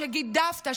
שגידפת,